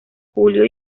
julio